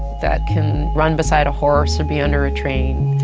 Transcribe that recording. that can run beside a horse or be under a train,